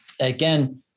Again